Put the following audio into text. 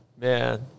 Man